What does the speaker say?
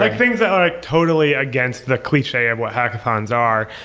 like things that are totally against the cliche of what hackathons are.